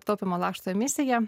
taupymo lakštų emisiją